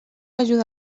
ajuda